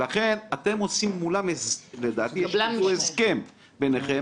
לכן אתם עושים מולם, לדעתי, הסכם ביניכם.